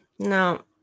No